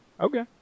Okay